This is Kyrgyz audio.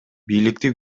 бийликти